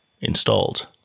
installed